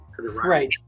Right